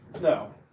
No